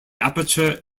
aperture